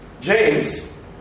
James